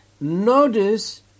notice